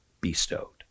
bestowed